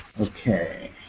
Okay